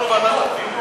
אנחנו, ועדת הפנים.